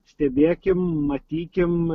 stebėkim matykim